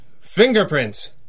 Fingerprints